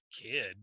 kid